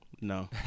No